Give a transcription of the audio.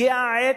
הגיעה העת,